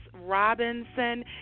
Robinson